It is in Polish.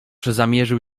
zamierzył